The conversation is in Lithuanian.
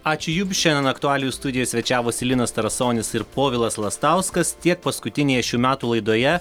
ačiū jums šiandien aktualijų studijoj svečiavosi linas tarasonis ir povilas lastauskas tiek paskutinėje šių metų laidoje